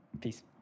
Peace